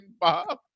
bob